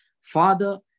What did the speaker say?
Father